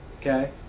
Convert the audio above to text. Okay